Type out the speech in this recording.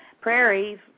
Prairie's